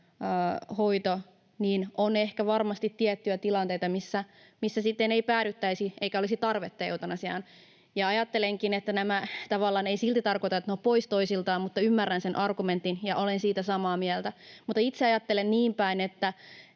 hoito, niin on ehkä varmasti tiettyjä tilanteita, missä sitten ei päädyttäisi eikä olisi tarvetta eutanasiaan. Ajattelenkin, että tavallaan tämä ei silti tarkoita, että ne ovat pois toisiltaan, mutta ymmärrän sen argumentin ja olen siitä samaa mieltä. Mutta itse ajattelen niinpäin, että